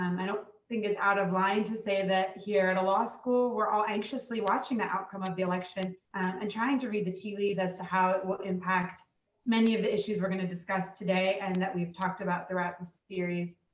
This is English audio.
i don't think it's out of line to say that here at a law school we're all anxiously watching the outcome of the election and trying to read the tea leaves as to how it will impact many of the issues we're going to discuss today and that we've talked about throughout the series.